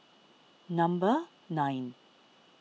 number nine